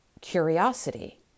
curiosity